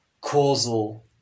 causal